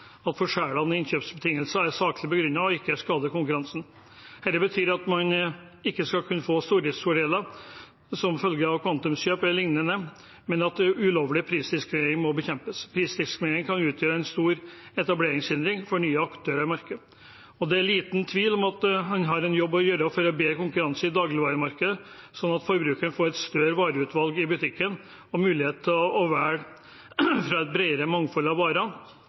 i innkjøpsbetingelser er saklig begrunnet og ikke skadelige for konkurransen. Dette betyr at man ikke skal kunne få stordriftsfordeler som følge av kvantumskjøp eller lignende, men at ulovlig prisdiskriminering må bekjempes. Prisdiskriminering utgjør en stor etableringshindring for nye aktører i markedet, og det er liten tvil om at man har en jobb å gjøre for å bedre konkurransen i dagligvarebransjen, slik at forbrukerne får et større utvalg i butikken og mulighet til å velge fra et bredere mangfold av